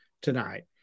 tonight